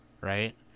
right